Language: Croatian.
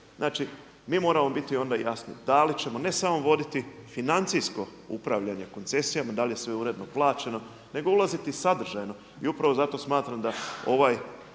Znači mi onda moramo biti jasni da li ćemo ne samo voditi financijsko upravljanje koncesijama, da li je sve uredno plaćeno nego ulaziti sadržajno i upravo zato smatram da ovaj